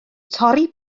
torri